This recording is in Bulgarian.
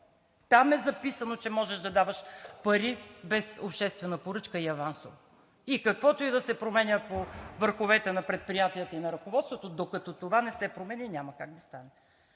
Там е записано, че можеш да даваш пари без обществена поръчка и авансово. И каквото и да се променя по върховете на предприятията и на ръководството, докато това не се промени, няма как да стане.